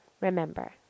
Remember